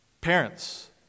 Parents